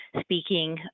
speaking